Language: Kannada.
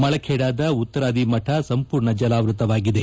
ಮಳಖೇಡದ ಉತ್ತರಾದಿ ಮಠ ಸಂಪೂರ್ಣ ಜಲಾವೃತವಾಗಿದೆ